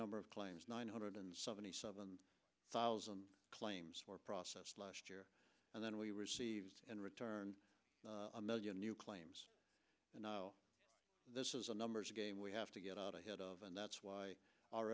number of claims nine hundred seventy seven thousand claims processed last year and then we received in return a million new claims and now this is a numbers game we have to get out ahead of and that's why our